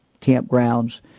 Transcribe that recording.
campgrounds